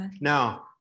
Now